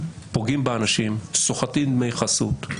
פוגעים באנשים, סוחטים דמי חסות.